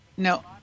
No